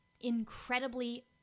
incredibly